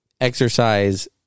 exercise